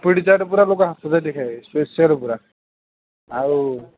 ପାମ୍ପୁଡ଼ି ଚାଟ ପୁରା ଲୋକ ହାତ ଚାଟିକି ଖାଇବେ ଫେସିଆଲ୍ ପୁରା ଆଉ